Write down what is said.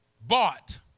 Bought